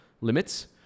limits